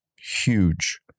huge